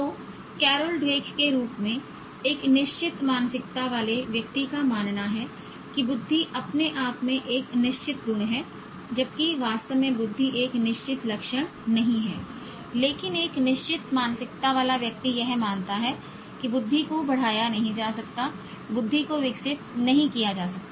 तो Carol Dweck के रूप में एक निश्चित मानसिकता वाले व्यक्ति का मानना है कि बुद्धि अपने आप में एक निश्चित गुण हैं जबकि वास्तव में बुद्धि एक निश्चित लक्षण नहीं है लेकिन एक निश्चित मानसिकता वाला व्यक्ति यह मानता है कि बुद्धि को बढ़ाया नहीं जा सकता बुद्धि को विकसित नहीं किया जा सकता